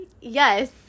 yes